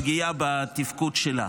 פגיעה בתפקוד שלה.